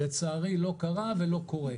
לצערי זה לא קרה ולא קורה.